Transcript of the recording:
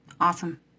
awesome